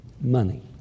money